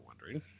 wondering